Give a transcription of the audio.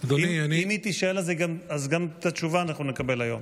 אם היא תישאל, גם את התשובה נקבל היום.